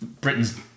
Britain's